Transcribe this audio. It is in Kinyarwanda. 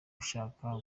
ushaka